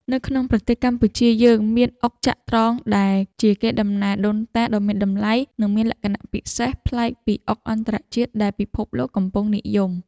នៅក្នុងប្រទេសកម្ពុជាយើងមានអុកចត្រង្គដែលជាកេរដំណែលដូនតាដ៏មានតម្លៃនិងមានលក្ខណៈពិសេសប្លែកពីអុកអន្តរជាតិដែលពិភពលោកកំពុងនិយម។